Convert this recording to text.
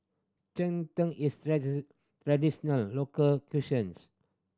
cheng tng is local